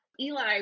Eli